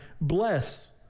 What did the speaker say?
bless